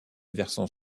versant